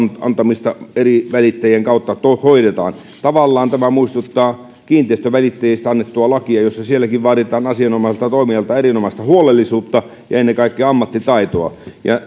antamista eri välittäjien kautta hoidetaan tavallaan tämä muistuttaa kiinteistönvälittäjistä annettua lakia sielläkin vaaditaan asianomaiselta toimijalta erinomaista huolellisuutta ja ennen kaikkea ammattitaitoa